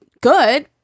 good